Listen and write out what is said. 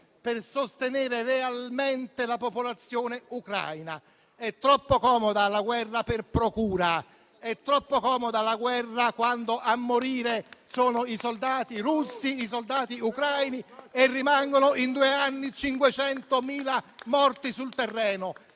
per sostenere realmente la popolazione ucraina. È troppo comoda la guerra per procura. È troppo comoda la guerra quando a morire sono i soldati russi, ucraini e in due anni rimangono 500.000 morti sul terreno.